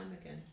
again